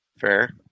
Fair